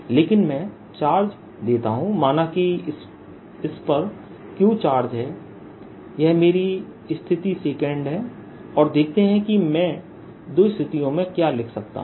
लेकिन मैं चार्ज देता हूं माना की इससे पर Q चार्ज है यह मेरी स्थिति 2 है और देखते हैं कि मैं दो स्थितियों में क्या लिख सकता हूं